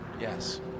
Yes